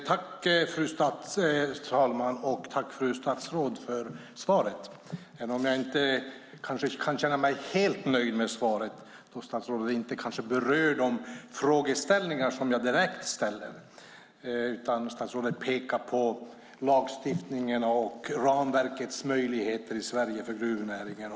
Fru talman! Jag tackar fru statsrådet för svaret, även om jag inte kan känna mig helt nöjd med det då statsrådet inte berör de frågeställningar som jag direkt ställer. Statsrådet pekar i stället på lagstiftningen och ramverkets möjligheter i Sverige för gruvnäringen.